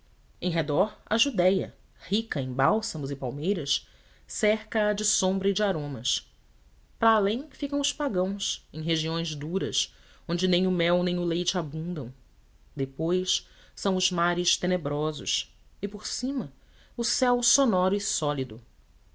em redor a judéía rica em bálsamos e palmeiras cerca a de sombra e de aromas para além ficam os pagãos em regiões duras onde nem o mel nem o leite abundam depois são os mares tenebrosos e por cima o céu sonoro e sólido